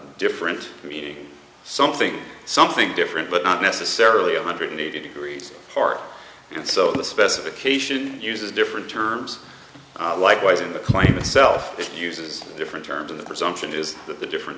different meaning something something different but not necessarily a hundred eighty degrees apart and so the specification uses different terms likewise in the class of the self it uses different terms in the presumption is that the different